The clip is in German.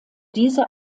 diese